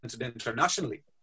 internationally